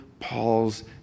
Paul's